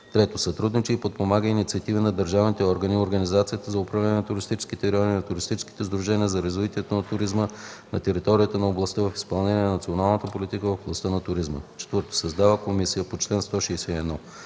3. сътрудничи и подпомага инициативи на държавните органи, организацията за управление на туристическия район и на туристическите сдружения за развитие на туризма на територията на областта в изпълнение на националната политика в областта на туризма; 4. създава комисията по чл. 161,